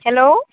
hello